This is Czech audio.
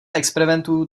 experimentů